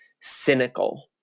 cynical